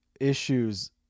issues